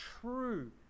true